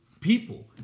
people